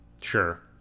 Sure